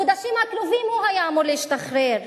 בחודשים הקרובים הוא היה אמור להשתחרר.